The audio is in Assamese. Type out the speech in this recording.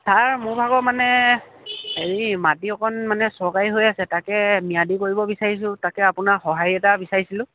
ছাৰ মোৰ ভাগৰ মানে হেৰি মাটি অকণ মানে চৰকাৰী হৈ আছে তাকে ম্যাদি কৰিব বিচাৰিছোঁ তাকে আপোনাৰ সহাঁৰি এটা বিচাৰিছিলোঁ